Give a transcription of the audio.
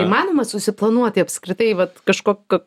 įmanoma susiplanuoti apskritai vat kažkoka